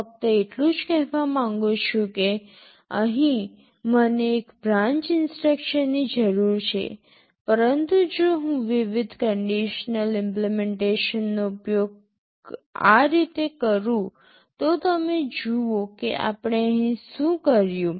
હું ફક્ત એટલું જ કહેવા માંગુ છું કે અહીં મને એક બ્રાન્ચ ઇન્સટ્રક્શન ની જરૂર છે પરંતુ જો હું વિવિધ કન્ડિશનલ ઇમ્પલિમેન્ટેશનનો ઉપયોગ આ રીતે કરું તો તમે જુઓ કે આપણે અહીં શું કર્યું